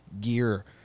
gear